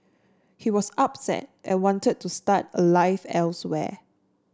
he was upset and wanted to start a life elsewhere